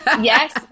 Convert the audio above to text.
yes